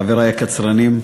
חברי הקצרנים,